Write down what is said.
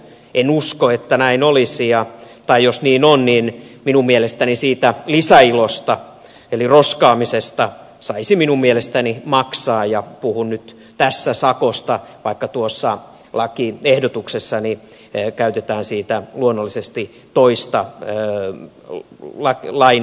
en usko että näin olisi tai jos niin on niin minun mielestäni siitä lisäilosta eli roskaamisesta saisi maksaa ja puhun nyt tässä sakosta vaikka tuossa lakiehdotuksessani käytetään siitä luonnollisesti toista lain termiä